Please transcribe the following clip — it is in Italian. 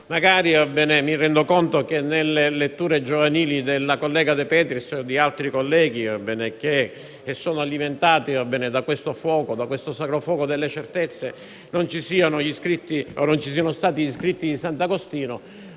Mi rendo conto che nelle letture giovanili della collega De Petris e di altri colleghi che sono alimentati da questo sacro fuoco delle certezze non ci siano stati gli scritti di sant'Agostino,